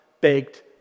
baked